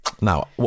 now